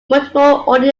multiple